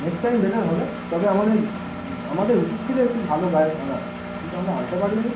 next time better হবে তবে আমাদের আমাদের উচিত ছিলো একটু ভালো গায়ক আনার কিন্তু আমরা আনতে পারি নি